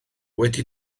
wedi